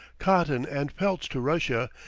cotton, and pelts to russia,